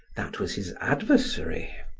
that was his adversary.